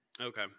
Okay